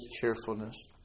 cheerfulness